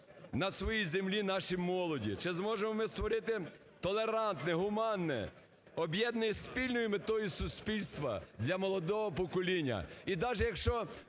на своїй землі нашої молоді, чи зможемо ми створити толерантне, гуманне, об'єднане спільною метою суспільство для молодого покоління.